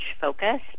focus